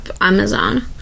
amazon